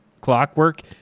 clockwork